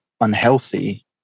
unhealthy